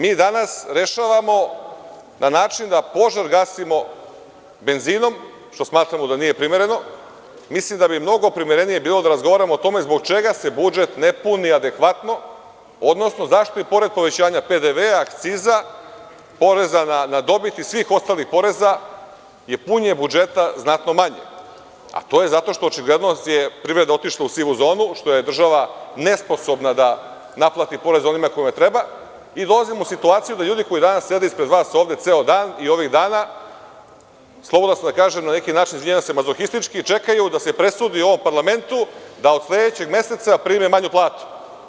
Mi danas rešavamo na način da požar gasimo benzinom, što smatramo da nije primereno i mislim da bi mnogo primerenije bilo da razgovaramo o tome zbog čega se budžet ne puni adekvatno, odnosno, zašto i pored povećanja PDV, akciza, poreza na dobit i svih ostalih poreza je punjenje budžeta znatno manje, a to je zato što je očigledno privredno otišla u sivu zonu, što je država nesposobna da naplati porez onima kojima treba i dolazimo u situaciju da ljudi koji sede danas ispred vas ovde ceo dan i ovih dana, slobodan sam da kažem, na neki način, izvinjavam se, mazohistički, čekaju da se presudi u ovom parlamentu, da od sledećeg meseca prime manju platu.